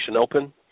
open